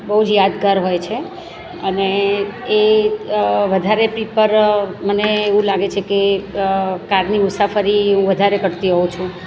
બહુ જ યાદગાર હોય છે અને એ વધારે પ્રિફર મને એવું લાગે છે કે કારની મુસાફરી હું વધારે કરતી હોઉં છું